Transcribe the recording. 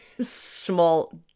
small